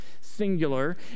singular